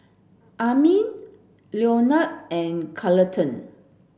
Amin Leonel and Carleton